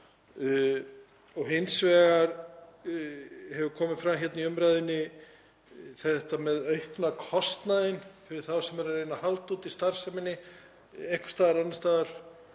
Hins vegar hefur komið fram hér í umræðunni þetta með aukna kostnaðinn fyrir þá sem eru að reyna að halda úti starfseminni einhvers staðar annars staðar.